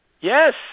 Yes